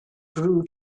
grew